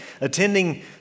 attending